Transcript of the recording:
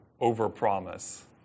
over-promise